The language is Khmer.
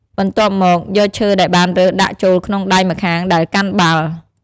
បន្ទាប់មក យកឈើដែលបានរើសដាក់ចូលក្នុងដៃម្ខាងដែលកាន់បាល់។